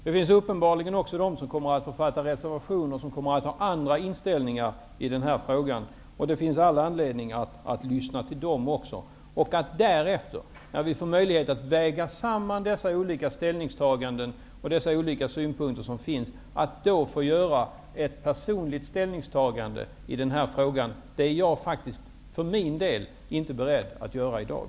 Det finns de som kommer att författa reservationer och ha andra inställningar i frågan. Det finns all anledning att lyssna till dem också. Därefter, när vi får möjlighet att väga samman alla ställningstaganden och synpunkter, kan vi göra ett personligt ställningstagande; det är jag inte beredd att göra i dag.